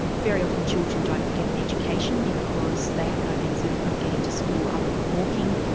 very often children don't get an education because they have no means ah of getting to school other than walking,